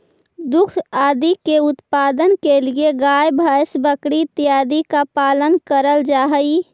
दुग्ध आदि के उत्पादन के लिए गाय भैंस बकरी इत्यादि का पालन करल जा हई